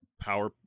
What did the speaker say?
power